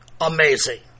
amazing